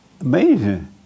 Amazing